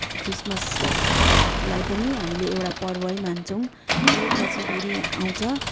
क्रिसमसलाई पनि हामीले एउटा पर्वै मान्छौँ त्यो पछि फेरि आउँछ